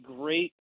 great